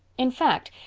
in fact,